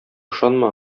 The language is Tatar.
ышанма